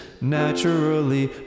naturally